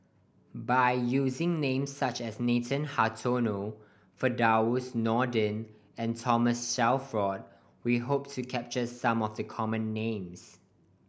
by using names such as Nathan Hartono Firdaus Nordin and Thomas Shelford we hope to capture some of the common names